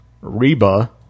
Reba